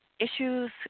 Issues